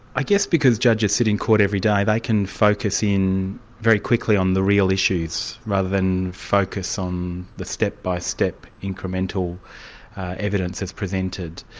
i guess because judges sit in court every day, they can focus very quickly on the real issues, rather than focus on the step-by-step, incremental evidence as presented.